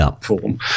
form